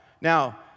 Now